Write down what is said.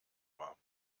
war